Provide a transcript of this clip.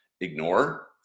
ignore